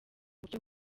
buryo